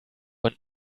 und